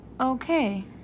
Okay